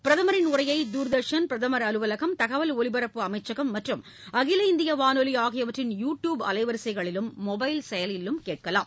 பிரதமரின் உரையை தூர்தர்ஷன் பிரதமர் அலுவலகம் தகவல் ஒலிபரப்பு அமைச்சகம் மற்றும் அகில இந்திய வானொலி ஆகியற்றின் யூ ட்யூப் அலைவரிசைகளிலும் மொள்பல் செயலியிலும் கேட்கலாம்